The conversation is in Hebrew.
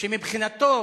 מבחינתו